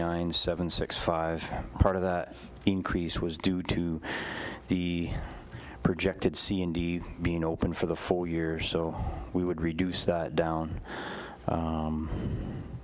nine seven six five part of the increase was due to the projected sea indeed being open for the four years so we would reduce that down